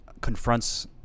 confronts